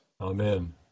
Amen